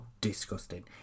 disgusting